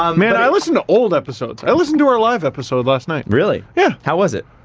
um man, i listen to old episodes. i listened to our live episode last night. really? yeah. how was it?